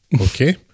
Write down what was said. Okay